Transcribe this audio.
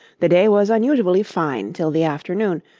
the day was unusually fine till the afternoon,